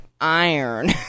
iron